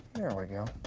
there we go.